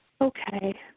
Okay